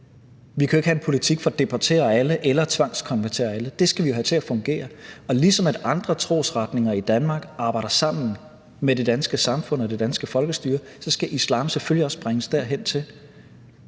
Vi kan jo ikke have en politik for at deportere alle eller tvangskonvertere alle. Det skal vi jo have til at fungere, og ligesom at andre trosretninger i Danmark arbejder sammen med det danske samfund og det danske folkestyre, skal islam selvfølgelig også bringes derhen.